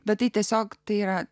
bet tai tiesiog tai yra